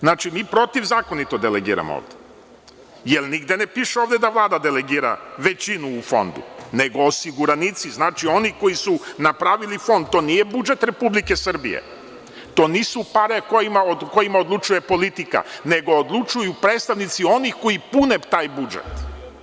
Znači, mi protivzakonito delegiramo ovde, jer nigde ne piše da Vlada delegira većinu u Fondu, nego osiguranici, znači, oni koji su napravili Fond, to nije budžet Republike Srbije, to nisu pare o kojima odlučuje politika, nego odlučuju predstavnici onih koji pune taj budžet.